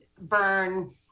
burn